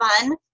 fun